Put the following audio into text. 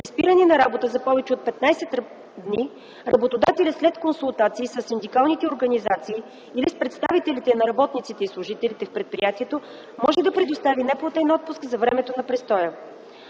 спиране на работата за повече от 15 дни работодателят, след консултации със синдикалните организации или с представителите на работниците и служителите в предприятието, може да предостави неплатен отпуск за времето на престоя.